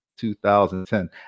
2010